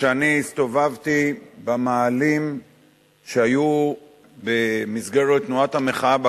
כשאני הסתובבתי במאהלים שהיו במסגרת תנועת המחאה בקיץ,